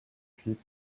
sheep